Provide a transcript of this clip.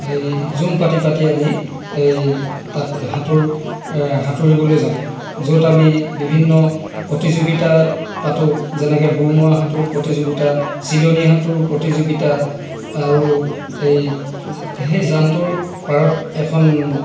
সেই জুম পাতি পাতি আমি এই তাত সাঁতোৰ সাঁতোৰিবলৈ যাওঁ য'ত আমি বিভিন্ন প্ৰতিযোগিতা পাতোঁ যেনেকৈ বুৰ মৰা সাঁতোৰ প্ৰতিযোগিতা চিলনী সাঁতোৰ প্ৰতিযোগিতা আৰু এই সেই জানটোৰ পাৰত এখন